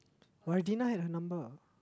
oh had her number